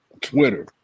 Twitter